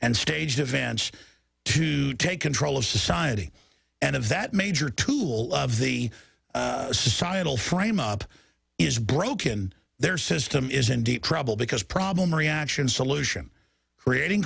and staged events to take control of society and of that major tool of the societal frame up is broken their system is in deep trouble because problem reaction solution creating